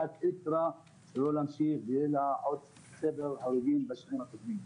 לאלקטרה להמשיך ושיהיו לה עוד הרוגים בשנים הקרובות.